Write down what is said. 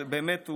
באמת,